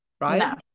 right